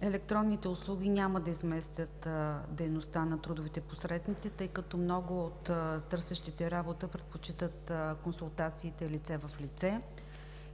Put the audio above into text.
Електронните услуги няма да изместят дейността на трудовите посредници, тъй като много от търсещите работа предпочитат консултациите „лице в лице“,